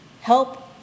help